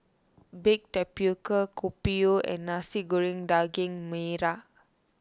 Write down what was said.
Baked Tapioca Kopi O and Nasi Goreng Daging Merah